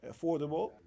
affordable